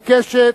עיקשת,